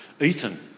Ethan